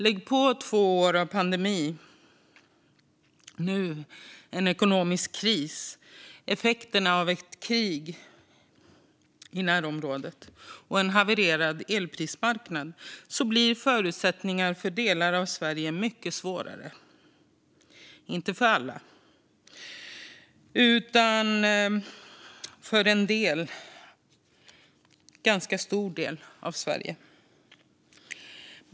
Lägg på två år av pandemi, nu en ekonomisk kris, effekterna av ett krig i närområdet och en havererad elprismarknad så blir förutsättningarna för delar av Sverige mycket svårare - inte för alla men för en ganska stor del av Sverige.